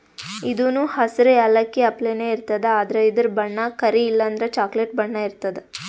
ಇದೂನು ಹಸ್ರ್ ಯಾಲಕ್ಕಿ ಅಪ್ಲೆನೇ ಇರ್ತದ್ ಆದ್ರ ಇದ್ರ್ ಬಣ್ಣ ಕರಿ ಇಲ್ಲಂದ್ರ ಚಾಕ್ಲೆಟ್ ಬಣ್ಣ ಇರ್ತದ್